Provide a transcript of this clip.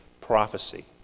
prophecy